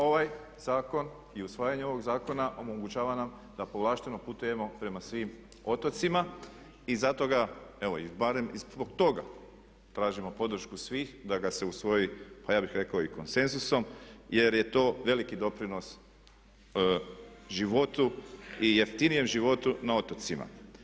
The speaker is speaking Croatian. Ovaj zakon i usvajanje ovoga zakona omogućava nam da povlašteno putujemo prema svim otocima i zato ga, evo i barem i zbog toga tražimo podršku svih da ga se usvoji, pa ja bih rekao i konsenzusom jer je to veliki doprinos životu i jeftinijem životu na otocima.